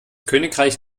königreich